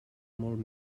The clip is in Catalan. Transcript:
molt